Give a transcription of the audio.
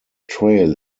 trail